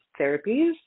therapies